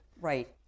Right